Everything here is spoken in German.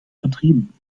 vertrieben